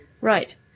Right